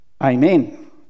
Amen